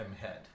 head